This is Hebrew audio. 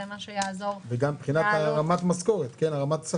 וגם מבחינת רמת שכר.